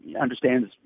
understands